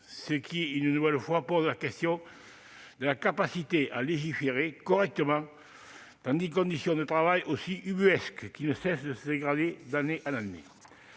soulève, une nouvelle fois, la question de la capacité à légiférer correctement dans des conditions de travail aussi ubuesques, qui ne cessent de se dégrader d'année en année.